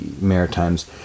Maritimes